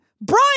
Brian